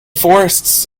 forests